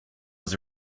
was